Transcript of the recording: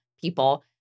people